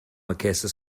aquestes